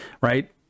right